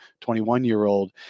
21-year-old